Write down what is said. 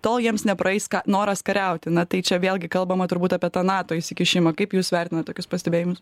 tol jiems nepraeis noras kariauti na tai čia vėlgi kalbama turbūt apie tą nato įsikišimą kaip jūs vertinat tokius pastebėjimus